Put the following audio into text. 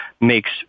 makes